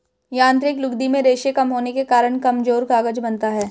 यांत्रिक लुगदी में रेशें कम होने के कारण कमजोर कागज बनता है